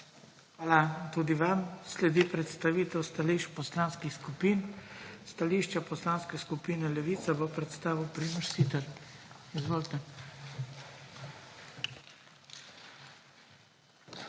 Hvala tudi vam. Sledi predstavitev stališč poslanskih skupin. Stališča Poslanske skupine Levica bo predstavil Primož Siter. **PRIMOŽ